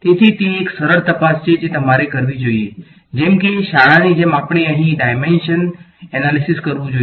તેથી તે એક સરળ તપાસ છે જે તમારે કરવી જોઈએ જેમ કે શાળાની જેમ આપણે અહીં ડાયમેંશન કરવું જોઈએ